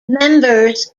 members